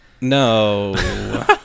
No